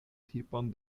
tipon